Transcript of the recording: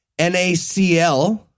NACL